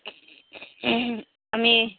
আমি